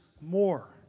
more